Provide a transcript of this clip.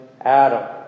Adam